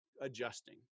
adjusting